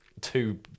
two